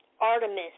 Artemis